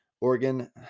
Oregon